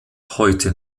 heute